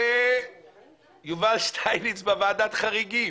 זה יובל שטייניץ בוועדת חריגים